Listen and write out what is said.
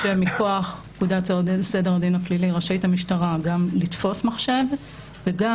מכוח פקודת סדר הדין הפלילי רשאית המשטרה גם לתפוס מחשב וגם,